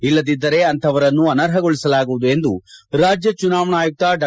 ಇಲ್ಲದಿದ್ದರೆ ಅಂಥವರನ್ನು ಅನರ್ಹಗೊಳಿಸಲಾಗುವುದು ಎಂದು ರಾಜ್ಯ ಚುನಾವಣಾ ಆಯುಕ್ತ ಡಾ